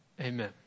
Amen